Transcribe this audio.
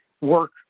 work